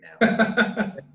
now